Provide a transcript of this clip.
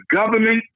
government